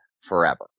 forever